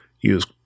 use